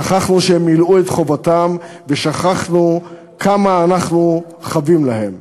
שכחנו שהם מילאו את חובתם ושכחנו כמה אנחנו חבים להם.